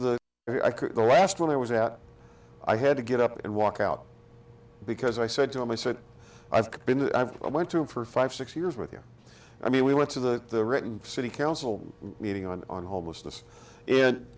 to the last one i was at i had to get up and walk out because i said to him i said i've been i've i went to him for five six years with you i mean we went to the written city council meeting on on homelessness